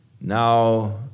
Now